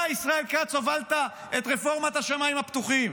אתה, ישראל כץ, הובלת את רפורמת השמיים הפתוחים.